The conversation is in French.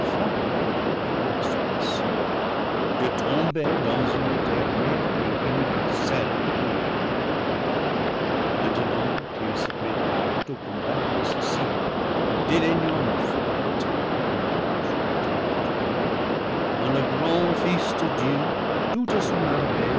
contre dieu et son messie ou de tomber dans une dernière et le paradis perdu selle ruine maintenant ils se préparent au combat décisif dédaignant la fuite ou une lâche retraite quand le grand fils de dieu à toute son armée